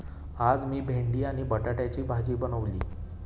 आज मी भेंडी आणि बटाट्याची भाजी बनवली